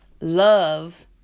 love